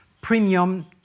premium